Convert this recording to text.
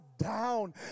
Down